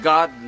God